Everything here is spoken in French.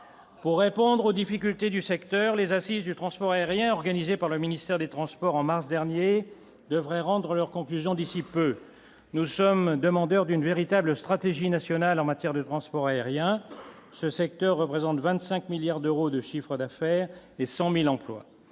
pour répondre aux difficultés du secteur : les assises du transport aérien, organisé par le ministère des Transports en mars dernier, devraient rendre leurs conclusions d'ici peu, nous sommes demandeurs d'une véritable stratégie nationale en matière de transport aérien, ce secteur représente 25 milliards d'euros de chiffre d'affaires et 100000 emplois